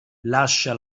lascia